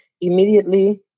Immediately